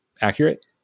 accurate